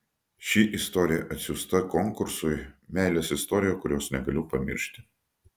ši istorija atsiųsta konkursui meilės istorija kurios negaliu pamiršti